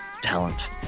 talent